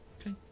Okay